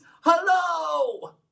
hello